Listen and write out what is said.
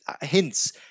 hints